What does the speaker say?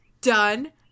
done